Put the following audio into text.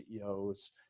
CEO's